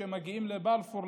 כשהם מגיעים לבלפור,